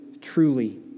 truly